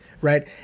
right